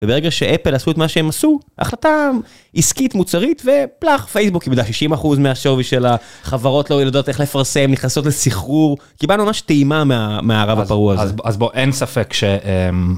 וברגע שאפל עשו את מה שהם עשו, החלטה עסקית מוצרית, ופלאח פייסבוק בגלל שישים אחוז מהשווי של החברות לא יודעות איך לפרסם נכנסות לסחרור קיבלנו ממש טעימה מהמערב הפרוע הזה. אז בוא אין ספק ש...